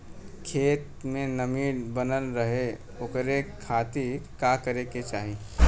खेत में नमी बनल रहे ओकरे खाती का करे के चाही?